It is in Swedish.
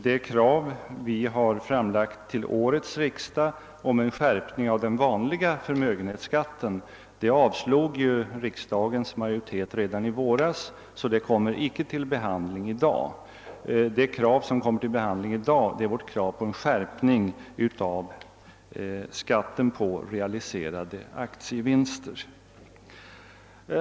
Det krav vi har framlagt till årets riksdag om en skärpning av den vanliga förmögenhetsskatten avslog riksdagens majoritet redan i våras, och det kommer alltså icke upp till behandling i dag. Det krav som kommer upp till behandling i dag är vårt krav på en skärpning av skatten på realiserade aktievinster.